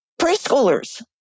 preschoolers